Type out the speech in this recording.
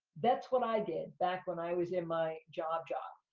that's what i did back when i was in my job job,